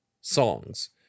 songs